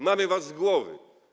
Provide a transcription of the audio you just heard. Mamy was z głowy.